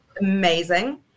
Amazing